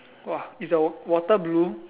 !wah! is the water blue